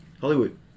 Hollywood